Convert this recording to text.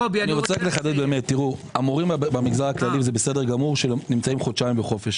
המורים במגזר הכללי נמצאים בחופש